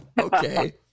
Okay